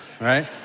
right